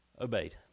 obeyed